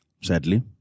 sadly